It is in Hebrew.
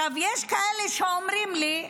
יש כאלה שאומרים לי: